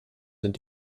sind